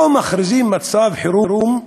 לא מכריזים מצב חירום כדי,